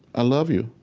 i love you.